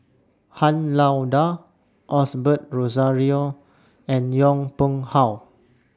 Han Lao DA Osbert Rozario and Yong Pung How